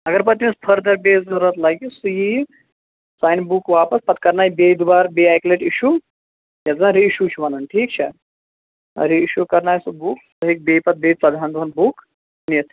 اَگر پَتہٕ تٔمِس فٔردر پیٚیہِ ضروٗرت لَگہِ سُہ یِیہِ سُہ اَنہِ بُک واپَس پَتہٕ کَرناوِ بیٚیہِ دُبارٕ بیٚیہِ اکہِ لٹہِ اِشوٗ یَتھ زَن رِی اِشوٗ چھِ وَنان ٹھیٖک چھا رِی اِشوٗ کَرٕناوِ سُہ بُک سُہ ہیٚکہِ بیٚیہِ پَتہٕ بیٚیہِ ژۅدہان دۅہن بُک نِتھ